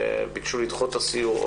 ביקשו לדחות את הסיור,